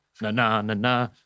na-na-na-na